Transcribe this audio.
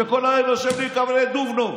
שכל היום יושב בקפה דובנוב,